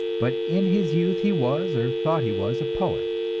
but in his youth he was, or thought he was, a poet,